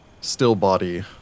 still-body